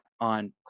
on